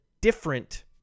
different